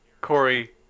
Corey